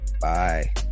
Bye